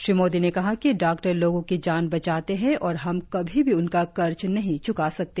श्री मोदी ने कहा कि डॉक्टर लोगों की जान बचाते हैं और हम कभी भी उनका कर्ज नहीं चुका सकते